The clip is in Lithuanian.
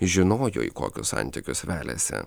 žinojo į kokius santykius veliasi